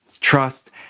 Trust